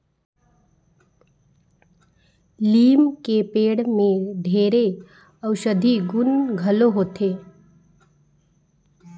लीम के पेड़ में ढेरे अउसधी गुन घलो होथे